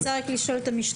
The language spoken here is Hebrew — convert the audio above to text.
אני רוצה לשאול את המשטרה